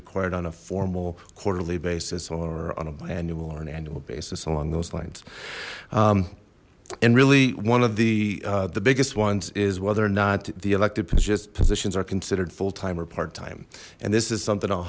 required on a formal quarterly basis or on a manual or an annual basis along those lines and really one of the the biggest ones is whether or not the elected positions are considered full time or part time and this is something i'll